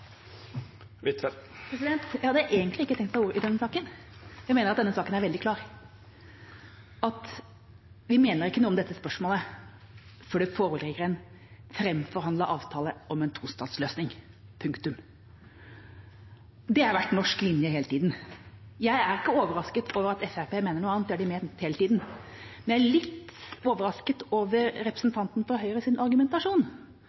tenkt å ta ordet i denne saken. Jeg mener at denne saken er veldig klar: Vi mener ikke noe om dette spørsmålet før det foreligger en framforhandlet avtale om en tostatsløsning – punktum. Det har vært norsk linje hele tida. Jeg er ikke overrasket over at Fremskrittspartiet mener noe annet, det har de ment hele tida, men jeg er litt overrasket over